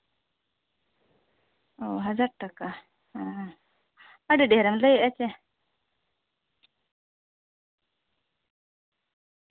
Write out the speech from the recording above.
ᱚᱸᱻ ᱦᱟᱡᱟᱨ ᱴᱟᱠᱟ ᱦᱮᱸ ᱟᱹᱰᱤ ᱰᱷᱮᱨᱮᱢ ᱞᱟᱹᱭᱮᱜᱼᱟ ᱪᱮ